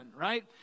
right